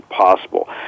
possible